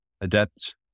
Adapt